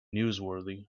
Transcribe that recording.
newsworthy